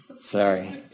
Sorry